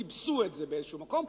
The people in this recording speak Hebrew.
כיבסו את זה באיזה מקום,